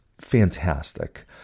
fantastic